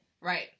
right